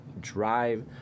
drive